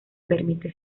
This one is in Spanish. permite